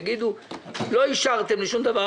יגידו לא אישרתם לשום דבר,